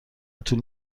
طول